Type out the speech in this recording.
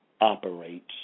operates